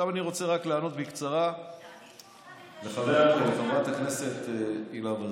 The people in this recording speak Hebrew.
עכשיו אני רוצה רק לענות בקצרה לחברת הכנסת הילה וזאן.